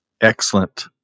Excellent